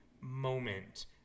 moment